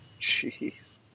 Jeez